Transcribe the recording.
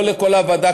לא לכל הוועדה,